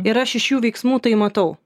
ir aš iš jų veiksmų tai matau